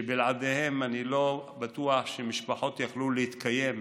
ובלעדיהם אני לא בטוח שמשפחות יוכלו להתקיים.